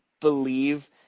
believe